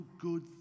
good